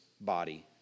body